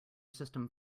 system